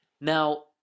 Now